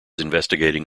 investigating